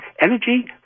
energy